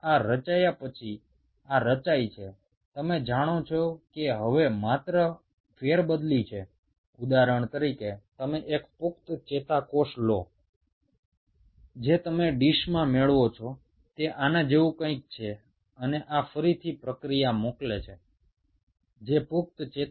এখন তোমরা যদি একটা কালচার ডিসে অ্যাডাল্ট নিউরন নিয়ে কাজ করো তাহলে তারা এইভাবে প্রবর্ধকগুলোকে প্রেরণ করে